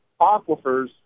aquifers